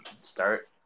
start